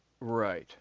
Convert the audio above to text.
Right